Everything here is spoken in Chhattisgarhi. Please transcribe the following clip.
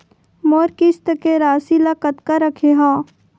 मोर किस्त के राशि ल कतका रखे हाव?